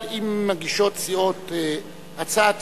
הצעת